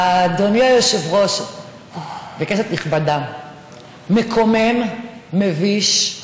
אדוני היושב-ראש וכנסת נכבדה, מקומם, מביש,